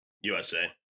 USA